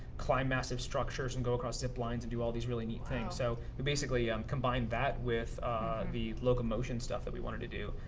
climb massive structures and go across zip lines, and do all these really neat things. so you basically combine that with the locomotion stuff that we wanted to do.